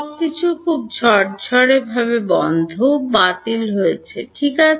সবকিছু খুব পরিষ্কারভাবে বন্ধ বাতিল হয়েছে ঠিক আছে